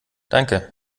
danke